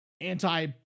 anti